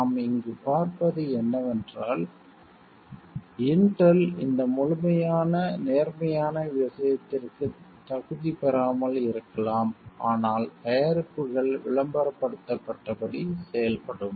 நாம் இங்கு பார்ப்பது என்னவென்றால் இன்டெல் இந்த முழுமையான நேர்மறையான விஷயத்திற்கு தகுதி பெறாமல் இருக்கலாம் ஆனால் தயாரிப்புகள் விளம்பரப்படுத்தப்பட்டபடி செயல்படும்